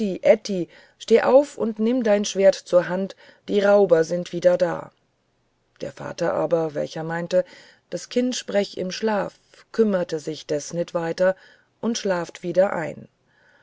steh auf und nimm dein schwert zur hand die rauber sind wider da der vater aber welcher meint das kind sprech im schlaf kümmert sich des nit weiter und schlaft wieder ein